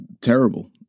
Terrible